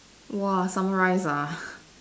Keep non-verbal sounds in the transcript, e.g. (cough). !wah! summarise ah (breath)